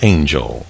Angel